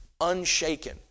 unshaken